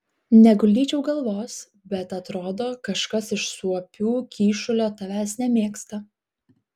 neguldyčiau galvos bet atrodo kažkas iš suopių kyšulio tavęs nemėgsta